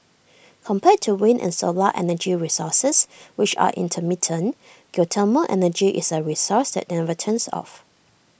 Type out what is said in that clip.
compared to wind and solar energy resources which are intermittent geothermal energy is A resource that never turns off